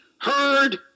Heard